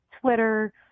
Twitter